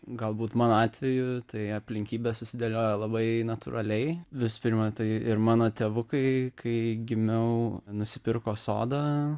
galbūt mano atveju tai aplinkybės susidėliojo labai natūraliai visų pirma tai ir mano tėvukai kai gimiau nusipirko sodą